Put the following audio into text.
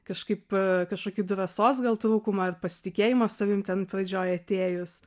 kažkaip kažkokį drąsos gal trūkumą ar pasitikėjimo savim ten pradžioj atėjus